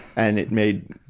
and it made,